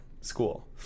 school